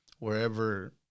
wherever